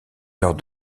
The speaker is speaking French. lors